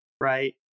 right